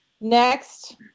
Next